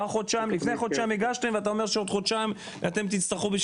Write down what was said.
לפני חודשיים הגשתם ואתה אומר שאתם תצטרכו עוד